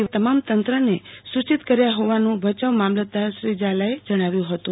વગેરે તમામ તંત્રને સૂચિત કર્યા હોવાનું ભચાઉ મામલતદાર શ્રી ઝાલાએ જણાવ્યું હતું